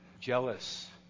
jealous